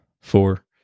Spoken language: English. four